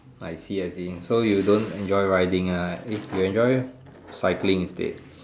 I see I see so you don't enjoy riding lah eh you enjoy cycling instead